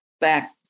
back